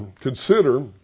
consider